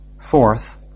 Fourth